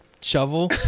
shovel